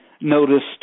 noticed